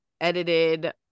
edited